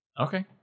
Okay